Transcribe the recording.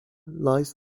lies